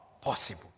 possible